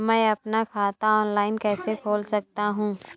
मैं अपना खाता ऑफलाइन कैसे खोल सकता हूँ?